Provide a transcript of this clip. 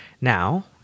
Now